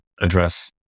address